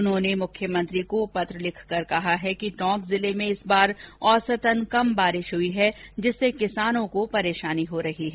उन्होंने मुख्यमंत्री को पत्र लिखकर कहा है कि टोंक जिले में इस बार औसतन कम बारिश हुई है जिससे किसानों को परेशानी हो रही है